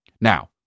now